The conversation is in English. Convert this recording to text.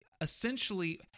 essentially